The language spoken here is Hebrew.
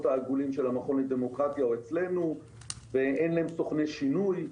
העגולים של המכון לדמוקרטיה או אצלנו ואין להם סוכני שינוי,